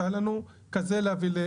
שהיה לנו הרבה מה